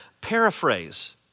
Paraphrase